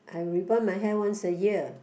I rebond my hair once a year